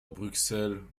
bruxelles